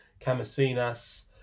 Camasinas